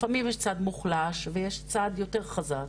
לפעמים יש צד מוחלש ויש צד יותר חזק,